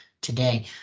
today